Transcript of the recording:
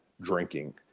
drinking